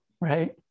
Right